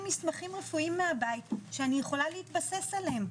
מסמכים רפואיים מהבית שאני יכולה להתבסס עליהם,